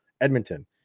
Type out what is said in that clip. Edmonton